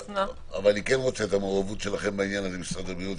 אני כן רוצה את המעורבות שלכם, משרד הבריאות.